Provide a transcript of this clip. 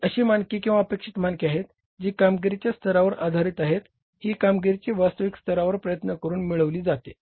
ती अशी मानके किंवा अपेक्षित मानके आहेत जी कामगिरीच्या स्तरावर आधारित आहेत ही कामगिरी वास्तविक स्तरावर प्रयत्न करून मिळवली जाते